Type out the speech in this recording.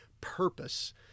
purpose